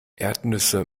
erdnüsse